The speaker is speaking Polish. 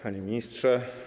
Panie Ministrze!